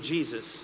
Jesus